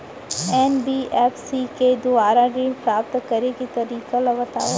NBFC के दुवारा ऋण प्राप्त करे के तरीका ल बतावव?